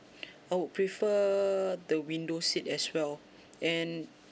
I would I would prefer the window seat as well and